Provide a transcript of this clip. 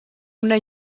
una